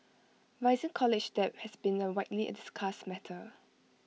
rising college debt has been A widely discussed matter